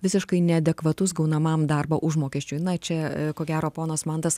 visiškai neadekvatus gaunamam darbo užmokesčiui na čia ko gero ponas mantas